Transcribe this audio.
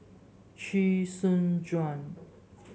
Chee Soon Juan